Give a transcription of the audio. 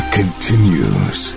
continues